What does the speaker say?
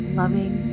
loving